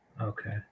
Okay